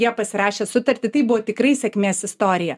jie pasirašė sutartį tai buvo tikrai sėkmės istorija